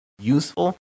useful